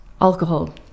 Alcohol